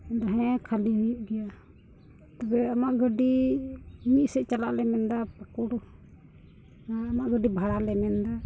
ᱦᱮᱸ ᱠᱷᱟᱹᱞᱤ ᱦᱩᱭᱩᱜ ᱜᱮᱭᱟ ᱛᱚᱵᱮ ᱟᱢᱟᱜ ᱜᱟᱹᱰᱤ ᱢᱤᱫ ᱥᱮᱫ ᱪᱟᱞᱟᱜ ᱞᱮ ᱢᱮᱱᱫᱟ ᱯᱟᱹᱠᱩᱲ ᱟᱢᱟᱜ ᱜᱟᱹᱰᱤ ᱵᱷᱟᱲᱟᱞᱮ ᱢᱮᱱᱫᱟ